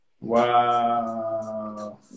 wow